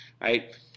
right